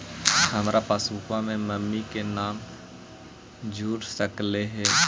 हमार पासबुकवा में मम्मी के भी नाम जुर सकलेहा?